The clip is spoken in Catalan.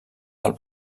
del